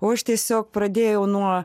o aš tiesiog pradėjau nuo